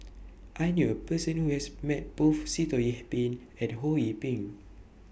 I knew A Person Who has Met Both Sitoh Yih Pin and Ho Yee Ping